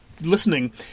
listening